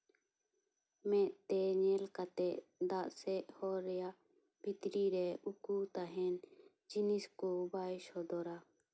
ᱢᱮᱸᱫ ᱛᱮ ᱧᱮᱞ ᱠᱟᱛᱮ ᱫᱟᱜ ᱥᱮᱪ ᱦᱚᱨ ᱨᱮᱭᱟᱜ ᱵᱷᱤᱠᱛᱨᱤ ᱨᱮ ᱩᱠᱩ ᱛᱟᱦᱮᱱ ᱡᱤᱱᱤᱥ ᱠᱚ ᱵᱟᱭ ᱥᱚᱫᱚᱨᱟ